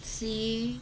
C